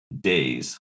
days